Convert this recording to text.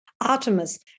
Artemis